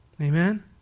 Amen